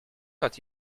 quand